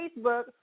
Facebook